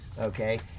Okay